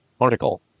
Article